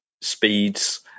speeds